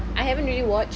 I haven't really watch